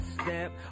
step